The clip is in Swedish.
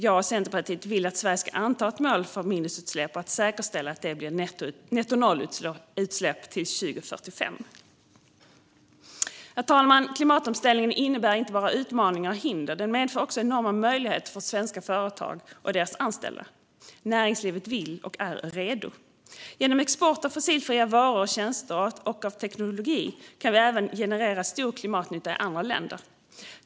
Jag och Centerpartiet vill att Sverige ska anta ett mål för minusutsläpp för att säkerställa att det blir nettonollutsläpp till år 2045. Herr talman! Klimatomställningen innebär inte bara utmaningar och hinder. Den medför också enorma möjligheter för svenska företag och deras anställda. Näringslivet vill och är redo. Genom export av fossilfria varor och tjänster och av teknologi kan vi även generera stor klimatnytta i andra länder.